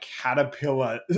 caterpillar